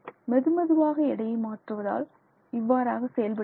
மெது மெதுவாக எடையை மாற்றுவதால் இவ்வாறாக செயல்பாடு நிகழ்கிறது